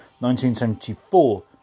1974